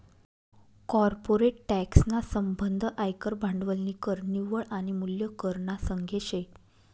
corporate tax ना संबंध आयकर, भांडवली कर, निव्वळ आनी मूल्य कर ना संगे शे